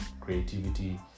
creativity